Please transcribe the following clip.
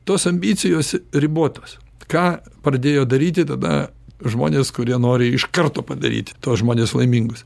tos ambicijos ribotos ką pradėjo daryti tada žmonės kurie nori iš karto padaryti tuos žmones laimingus